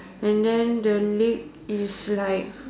and then the leg is like